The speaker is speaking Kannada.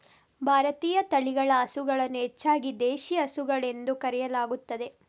ಭಾರತೀಯ ತಳಿಗಳ ಹಸುಗಳನ್ನು ಹೆಚ್ಚಾಗಿ ದೇಶಿ ಹಸುಗಳು ಎಂದು ಕರೆಯಲಾಗುತ್ತದೆ